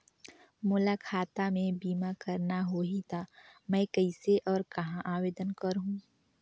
मोला खाता मे बीमा करना होहि ता मैं कइसे और कहां आवेदन करहूं?